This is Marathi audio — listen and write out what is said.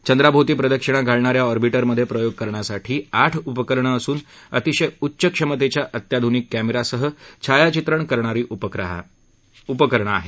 चंद्राभोवती प्रदक्षिणा घालणाऱ्या ऑर्बिटरमध्ये प्रयोग करण्यासाठी आठ उपकरणं असून अतिशय उच्च क्षमतेच्या अत्याधुनिक क्षीयासह छायाचित्रण करणारी उपकरणं आहेत